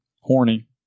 horny